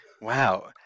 Wow